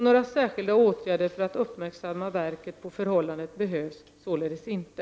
Några särskilda åtgärder för att uppmärksamma verket på förhållandet behövs således inte.